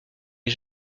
est